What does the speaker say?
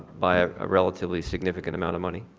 by a relatively significant amount of money,